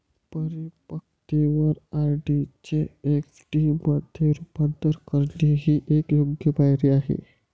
परिपक्वतेवर आर.डी चे एफ.डी मध्ये रूपांतर करणे ही एक योग्य पायरी आहे